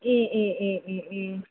ए ए ए ए ए